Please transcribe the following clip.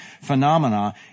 phenomena